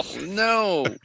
no